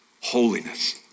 Holiness